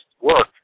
work